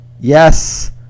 yes